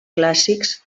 clàssics